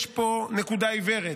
יש פה נקודה עיוורת,